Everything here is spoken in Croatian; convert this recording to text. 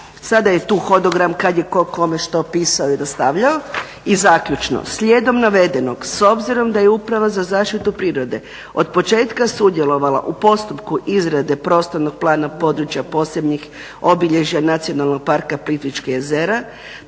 Sada je tu hodogram kad je ko kome, što pisao i dostavljao. I zaključno, slijedom navedenog s obzirom da je uprava za zaštitu prirode od početka sudjelovala u postupku izrade prostornog plana područja posebnih obilježja Nacionalnog parka Plitvička jezera,